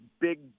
big